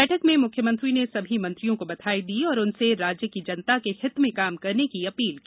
बैठक में मुख्यमंत्री ने सभी मंत्रियों को बधाई दी और उनसे राज्य की जनता के हित में काम करने की अपील की